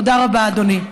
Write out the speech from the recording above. תודה רבה, אדוני.